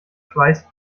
schweiß